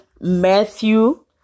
Matthew